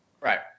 Right